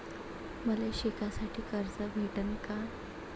मले शिकासाठी कर्ज भेटन का?